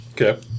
Okay